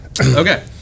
okay